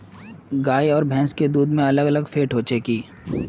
गाय आर भैंस के दूध में अलग अलग फेट होचे की?